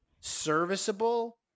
serviceable